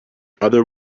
other